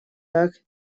так